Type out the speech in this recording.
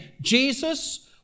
Jesus